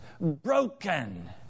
broken